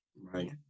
Right